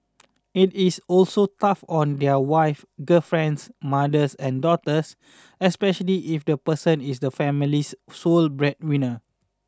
it is also tough on their wives girlfriends mothers and daughters especially if the person is the family's sole breadwinner